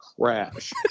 crash